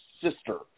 sister